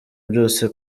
byose